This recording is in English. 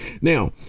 Now